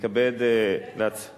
גם